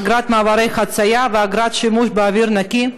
אגרת מעברי חצייה ואגרת שימוש באוויר נקי?